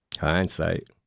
Hindsight